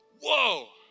whoa